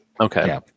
Okay